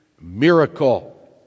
miracle